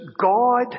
God